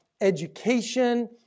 education